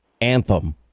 anthem